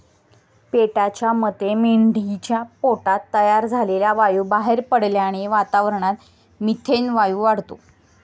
पेटाच्या मते मेंढीच्या पोटात तयार झालेला वायू बाहेर पडल्याने वातावरणात मिथेन वायू वाढतो